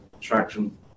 traction